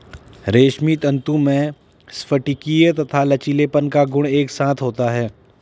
रेशमी तंतु में स्फटिकीय तथा लचीलेपन का गुण एक साथ होता है